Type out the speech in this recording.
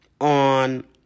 on